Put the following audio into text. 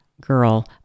girl